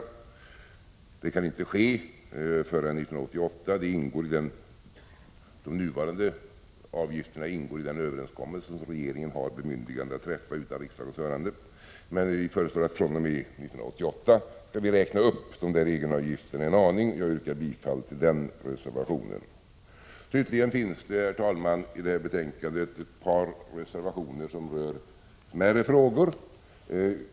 Höjningen kan inte genomföras förrän 1988; de nuvarande avgifterna ingår i den överenskommelse som regeringen har bemyndigande att träffa utan riksdagens hörande. Men vi föreslår att dessa egenavgifter fr.o.m. 1988 skall räknas upp en aning, och jag yrkar bifall till reservation 7. I detta betänkande finns också, herr talman, ett par reservationer som rör smärre frågor.